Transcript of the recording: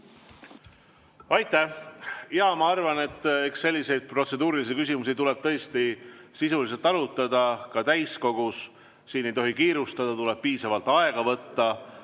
Aitäh! Ma arvan, et eks selliseid protseduurilisi küsimusi tuleb tõesti sisuliselt arutada ka täiskogus. Siin ei tohi kiirustada, tuleb piisavalt aega võtta,